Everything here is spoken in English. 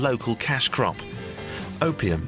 local cash crop opium